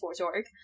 org